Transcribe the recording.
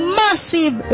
massive